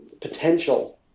potential